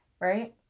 right